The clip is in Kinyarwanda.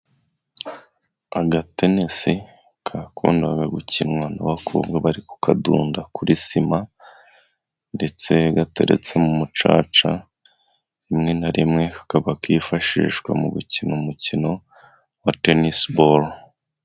Akadenesi kakundaga gukinwa n'abakobwa bari ku kadunda kuri sima ndetse gateretse mu mucaca rimwe na rimwe kakaba kifashishwa mu gukina umukino wa tenisiboro.